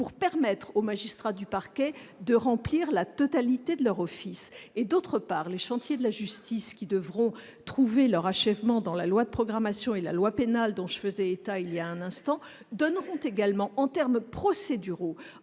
pour permettre aux magistrats du parquet de remplir la totalité de leur office et d'autre part, le chantier de la justice qui devront trouver leur achèvement dans la loi de programmation et la loi pénale dont je faisais état il y a un instant donne compte également en terme procéduraux